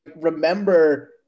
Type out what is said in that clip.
remember